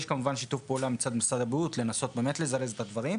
יש כמובן שיתוף פעולה מצד משרד הבריאות לנסות לזרז את הדברים,